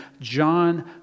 John